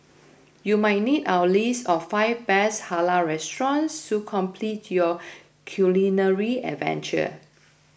you might need our list of five best Halal restaurants to complete your culinary adventure